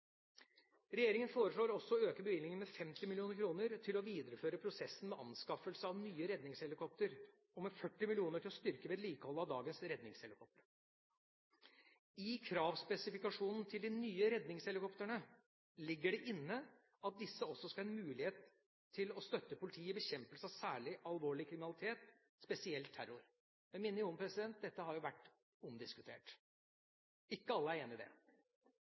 Regjeringa foreslår også å øke bevilgningen med 50 mill. kr til å videreføre prosessen med anskaffelse av nye redningshelikoptre og 40 mill. kr til å styrke vedlikeholdet av dagens redningshelikoptre. I kravspesifikasjonen til de nye redningshelikoptrene ligger det inne at disse også skal ha en mulighet til å støtte politiet i bekjempelse av særlig alvorlig kriminalitet, spesielt terror. Jeg minner om at dette har vært omdiskutert. Ikke alle er enig i det.